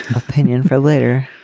opinion for later